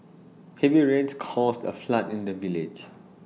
heavy rains caused A flood in the village